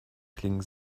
klingen